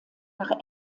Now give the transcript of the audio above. nach